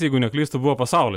jeigu neklystu buvo pasaulio